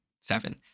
seven